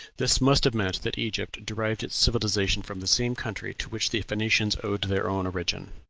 this must have meant that egypt derived its civilization from the same country to which the phoenicians owed their own origin.